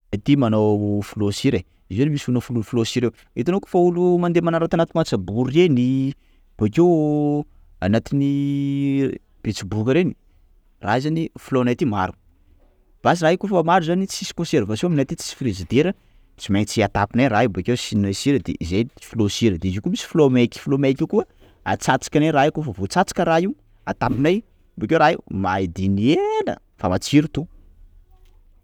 Zay aty manao filao sira ai, izy io zany filao filao sira, hitanao koafa olo mandeha manarato aminy matsabory reny bakeo anatiny Betsiboka reny, raha io zany filaonay aty maro basy zay koafa maro zany tsisy conservation aminay aty tsisy frigidaire, tsy maintsy atapinay raha io, bakeo asinay sira de zay filao sira, de zio koa misy filao maiky, filao maiky io koa, atsatsikanay raha io, koafa voa tsatsaky raha io, atapinay bokeo raha io maidiny ela, fa matsiro to.